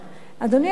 אדוני היושב-ראש,